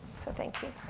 so thank you.